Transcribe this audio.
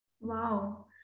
Wow